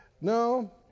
No